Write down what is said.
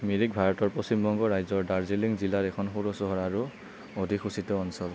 মিৰিক ভাৰতৰ পশ্চিমবংগ ৰাজ্যৰ দাৰ্জিলিং জিলাৰ এখন সৰু চহৰ আৰু অধিসূচিত অঞ্চল